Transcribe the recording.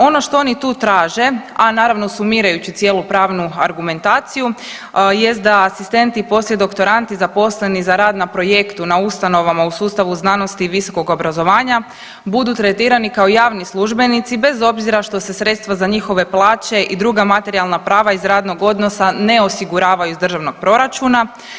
Ono što oni tu traže, a naravno, sumirajući cijelu pravnu argumentaciju jest da asistenti i poslijedoktorandi zaposleni za rad na projektu na ustanovama u sustavu znanosti i visokog obrazovanja budu tretirani kao javni službenici bez obzira što se sredstva za njihove plaća i druga materijalna prava iz radnog odnosa ne osiguravaju iz državnog proračuna.